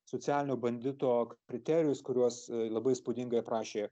socialinio bandito kriterijus kuriuos labai įspūdingai aprašė